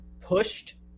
pushed